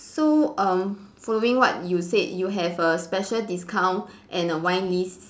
so uh following what you said you have a special discount and a wine list